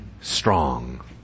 strong